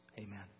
Amen